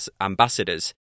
ambassadors